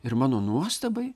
ir mano nuostabai